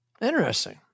Interesting